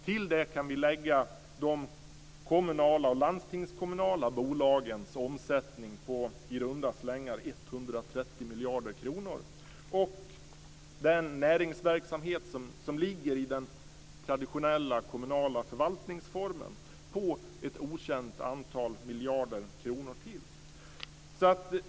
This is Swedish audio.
Till detta kan vi lägga de kommunala och landstingskommunala bolagens omsättning på i runda slängar 130 miljarder kronor, och den näringsverksamhet som ligger i den traditionella kommunala förvaltningsformen på ett okänt antal miljarder kronor till.